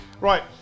Right